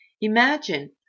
Imagine